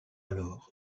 alors